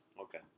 Okay